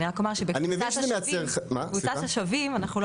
אני רק אומר שבקבוצת השווים אנחנו לא